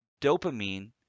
Dopamine